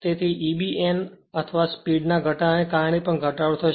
તેથી Eb n અથવા સ્પીડના ઘટાડાને કારણે પણ ઘટાડો થશે